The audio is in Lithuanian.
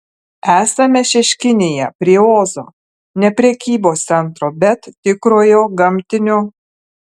esame šeškinėje prie ozo ne prekybos centro bet tikrojo gamtinio